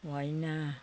होइन